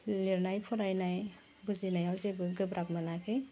लिरनाय फरायनाय बुजिनायाव जेबो गोब्राब मोनाखै